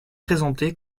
présenté